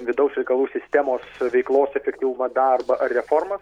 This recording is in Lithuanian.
vidaus reikalų sistemos veiklos efektyvumą darbą ar reforma